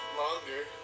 longer